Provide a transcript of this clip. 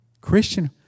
christian